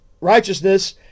righteousness